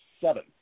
seven